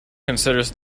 considers